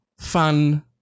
fun